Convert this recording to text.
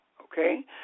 okay